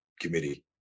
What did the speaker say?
committee